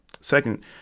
Second